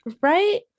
right